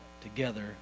together